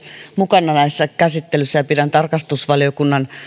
mukana näissä käsittelyissä ja pidän tarkastusvaliokunnan